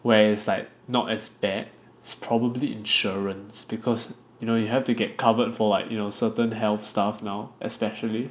where is like not as bad it's probably insurance because you know you have to get covered for like you know certain health stuff now especially